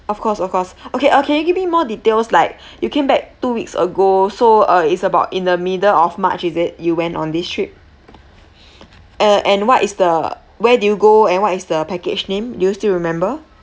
of course of course okay uh can you give me more details like you came back two weeks ago so uh it's about in the middle of march is it you went on this trip uh and what is the where do you go and what is the package name do you still remember